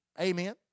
Amen